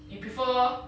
you prefer